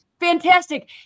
fantastic